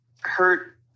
hurt